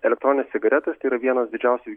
elektroninės cigaretės tai yra vienas didžiausių